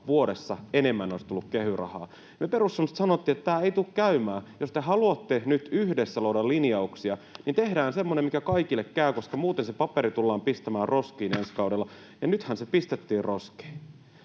vuodessa enemmän olisi tullut kehy-rahaa. Me perussuomalaiset sanottiin, että tämä ei tule käymään. Jos te haluatte nyt yhdessä luoda linjauksia, niin tehdään semmoinen, mikä kaikille käy, koska muuten se paperi tullaan pistämään roskiin ensi kaudella. Ja nythän se pistettiin roskiin.